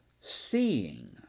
seeing